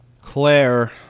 Claire